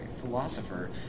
philosopher